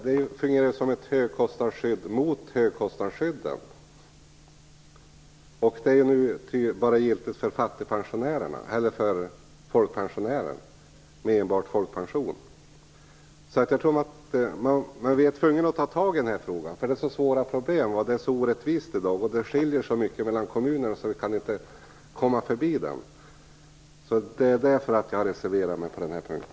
Den fungerar ju som ett högkostnadsskydd mot högkostnadsskyddet. Den gäller bara pensionärer med enbart folkpension. Man var tvungen att ta tag i denna fråga, eftersom förhållandena är så orättvisa i dag och skiljer sig så mycket åt mellan kommunerna. Därför har jag reserverat mig på denna punkt.